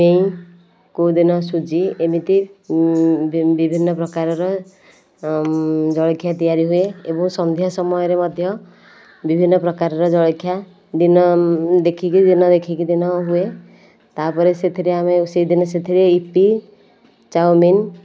ସିମେଇ କେଉଁଦିନ ସୁଜି ଏମିତି ବିଭିନ୍ନ ପ୍ରକାରର ଜଳଖିଆ ତିଆରି ହୁଏ ଏବଂ ସନ୍ଧ୍ୟା ସମୟରେ ମଧ୍ୟ ବିଭିନ୍ନ ପ୍ରକାରର ଜଳଖିଆ ଦିନ ଦେଖିକି ଦିନ ଦେଖିକି ଦିନ ହୁଏ ତାପରେ ସେଥିରେ ଆମେ ସେହିଦିନ ସେଥିରେ ୟୀପି ଚାଉମିନ